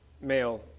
male